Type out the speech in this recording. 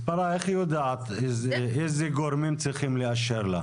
מספרה, איך היא יודעת איזה גורמים צריכים לאשר לה?